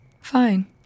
Fine